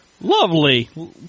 Lovely